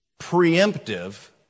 preemptive